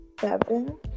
Seven